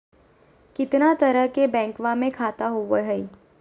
कितना तरह के बैंकवा में खाता होव हई?